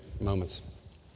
moments